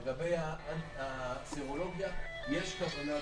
לגבי הסרולוגיה יש כוונה,